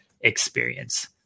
experience